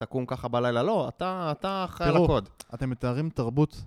תקום ככה בלילה. לא, אתה, אתה חי על הקוד. תראו, אתם מתארים תרבות.